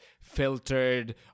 filtered